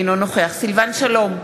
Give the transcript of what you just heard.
אינו נוכח סילבן שלום,